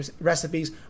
recipes